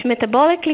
metabolically